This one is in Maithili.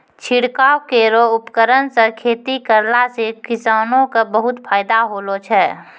छिड़काव केरो उपकरण सँ खेती करला सें किसानो क बहुत फायदा होलो छै